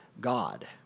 God